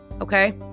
Okay